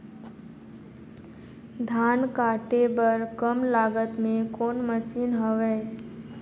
धान काटे बर कम लागत मे कौन मशीन हवय?